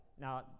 Now